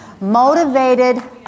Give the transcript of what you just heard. motivated